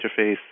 interface